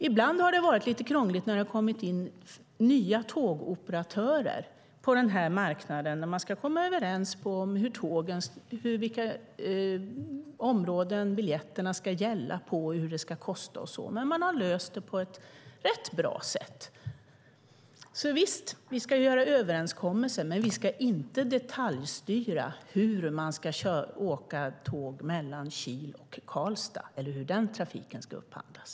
Ibland har det varit lite krångligt när det har kommit in nya tågoperatörer på denna marknad och man ska komma överens om vilka områden biljetterna ska gälla på, vad det ska kosta och så, men man har löst det på ett rätt bra sätt. Visst ska vi alltså göra överenskommelser, men vi ska inte detaljstyra hur man ska åka tåg mellan Kil och Karlstad eller hur den trafiken ska upphandlas.